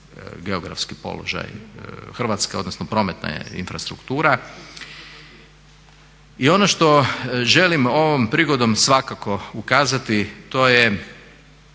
geografski položaj Hrvatske, odnosno prometna je infrastruktura. I ono što želim ovom prigodom svakako ukazati, to je